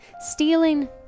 Stealing